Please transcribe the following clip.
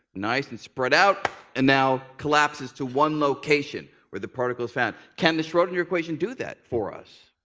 nice and spread out. and now, collapses to one location, where the particle is found. can the schrodinger equation do that for us?